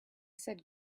said